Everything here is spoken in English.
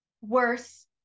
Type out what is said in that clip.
worse